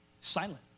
Silent